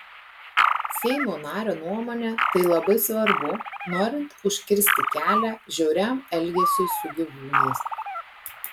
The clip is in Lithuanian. seimo nario nuomone tai labai svarbu norint užkirsti kelią žiauriam elgesiui su gyvūnais